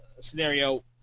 scenario